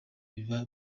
biba